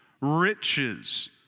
riches